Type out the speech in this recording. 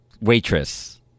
waitress